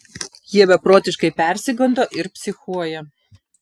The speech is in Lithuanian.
jie beprotiškai persigando ir psichuoja